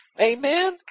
amen